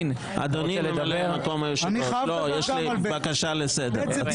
יש לי הצעה לסדר.